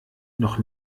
noch